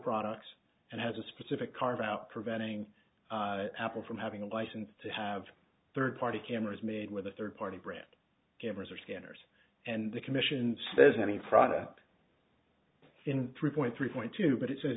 products and has a specific carve out preventing apple from having a license to have third party cameras made with a third party brand gamers or scanners and the commission says any product in three point three point two but it's an